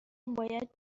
باید